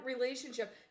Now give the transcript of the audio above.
relationship